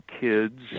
kids